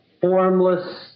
formless